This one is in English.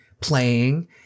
playing